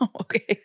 Okay